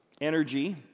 energy